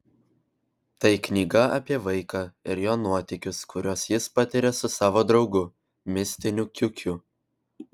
tai knyga apie vaiką ir jo nuotykius kuriuos jis patiria su savo draugu mistiniu kiukiu